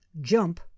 jump